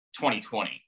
2020